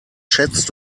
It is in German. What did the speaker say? schätzt